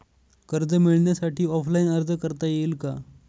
कर्ज मिळण्यासाठी ऑफलाईन अर्ज करता येईल का?